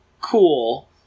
cool